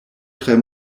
tre